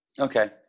Okay